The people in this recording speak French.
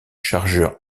chargeur